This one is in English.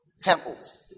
temples